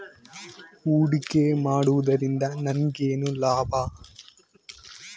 ಹೂಡಿಕೆ ಮಾಡುವುದರಿಂದ ನನಗೇನು ಲಾಭ?